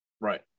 Right